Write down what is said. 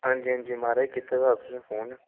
हां जी हां जी माराज कीते दा तुसें फोन